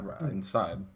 inside